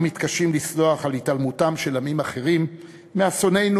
אנחנו מתקשים לסלוח על התעלמותם של עמים אחרים מאסוננו,